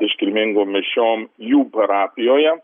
iškilmingom mišiom jų parapijoje